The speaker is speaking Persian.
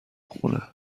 خونه